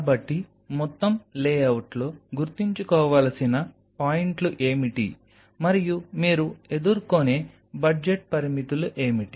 కాబట్టి మొత్తం లేఅవుట్లో గుర్తుంచుకోవలసిన పాయింట్లు ఏమిటి మరియు మీరు ఎదుర్కొనే బడ్జెట్ పరిమితులు ఏమిటి